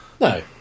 No